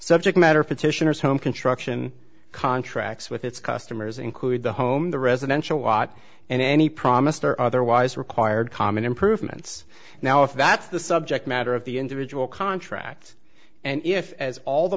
subject matter petitioners home construction contracts with its customers include the home the residential watt and any promised or otherwise required common improvements now if that's the subject matter of the individual contract and if as all the